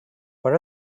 are